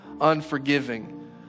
unforgiving